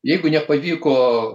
jeigu nepavyko